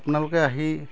আপোনালোকে আহি